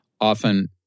Often